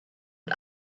und